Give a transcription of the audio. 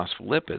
phospholipids